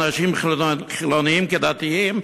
אנשים חילונים כדתיים,